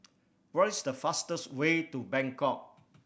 what is the fastest way to Bangkok